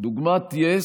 דוגמת יס,